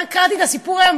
קראתי את הסיפור היום,